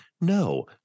no